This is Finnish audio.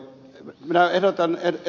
minä ehdotan ed